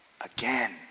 again